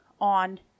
on